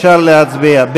אפשר להצביע.